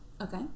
Okay